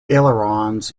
ailerons